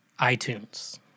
iTunes